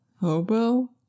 hobo